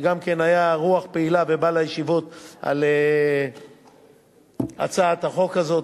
שגם כן היה רוח פעילה ובא לישיבות על הצעת החוק הזאת.